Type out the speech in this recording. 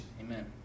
Amen